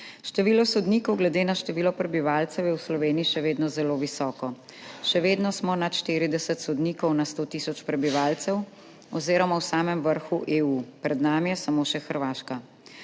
Število sodnikov glede na število prebivalcev je v Sloveniji še vedno zelo visoko. Še vedno smo nad 40 sodnikov na 100 tisoč prebivalcev oziroma v samem vrhu EU, pred nami je samo še Hrvaška.